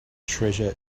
treasure